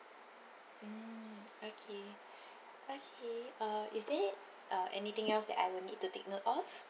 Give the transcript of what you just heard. mm okay okay uh is there uh anything else that I would need to take note of